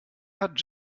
hat